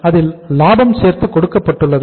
அதில் லாபம் சேர்த்து கொடுக்கப்பட்டுள்ளது